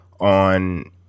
On